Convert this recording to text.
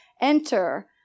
enter